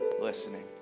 listening